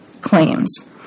claims